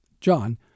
John